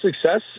success